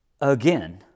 again